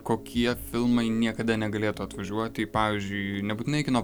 kokie filmai niekada negalėtų atvažiuoti pavyzdžiui nebūtinai kino